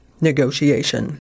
negotiation